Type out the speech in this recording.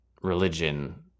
religion